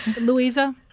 Louisa